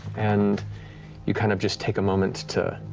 and you kind of just take a moment to